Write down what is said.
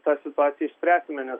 tą situaciją išspręsime nes